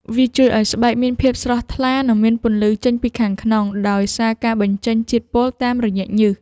វាជួយឱ្យស្បែកមានភាពស្រស់ថ្លា និងមានពន្លឺចេញពីខាងក្នុង ដោយសារការបញ្ចេញជាតិពុលតាមរយៈញើស។